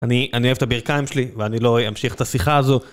אני אוהב את הברכיים שלי, ואני לא אמשיך את השיחה הזו.